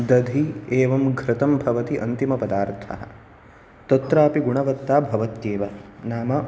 दधि एवं घृतम् भवति अन्तिमपदार्थः तत्रापि गुणवत्ता भवत्येव नाम